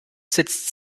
sitzt